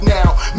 Now